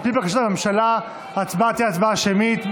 על פי בקשת הממשלה, ההצבעה תהיה הצבעה שמית.